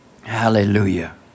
Hallelujah